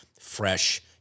fresh